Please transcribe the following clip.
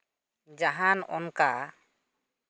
ᱡᱟᱦᱟᱱ ᱚᱱᱠᱟ